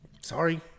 Sorry